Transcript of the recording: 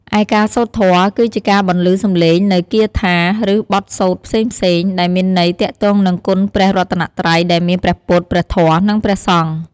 ឯការសូត្រធម៌ គឺជាការបន្លឺសម្លេងនូវគាថា ឬបទសូត្រផ្សេងៗ ដែលមានន័យទាក់ទងនឹងគុណព្រះរតនត្រ័យ ដែលមាន ព្រះពុទ្ធ ព្រះធម៌ និង ព្រះសង្ឃ។